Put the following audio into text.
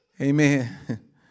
Amen